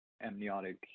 amniotic